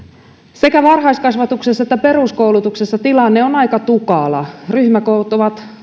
sekä varhaiskasvatuksessa että peruskoulutuksessa tilanne on aika tukala ryhmäkoot ovat